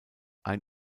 ein